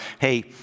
hey